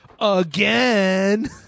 again